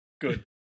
Good